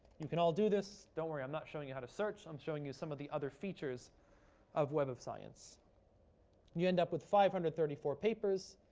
you can all do this. don't worry. i'm not showing you how to search. i'm showing you some of the other features of web of science. and you end up with five hundred and thirty four papers.